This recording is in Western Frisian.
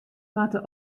moatte